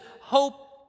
Hope